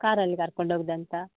ಕಾರಲ್ಲಿ ಕರ್ಕೊಂಡೋಗುದಂತ